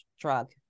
drug